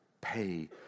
pay